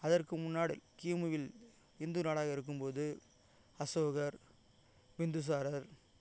அதற்கு முன்னாடி கிமுவில் இந்து நாடாக இருக்கும்போது அசோகர் பிந்துசாரர்